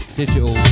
digital